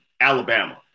Alabama